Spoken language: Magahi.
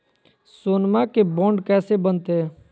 सोनमा के बॉन्ड कैसे बनते?